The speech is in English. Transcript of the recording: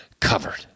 covered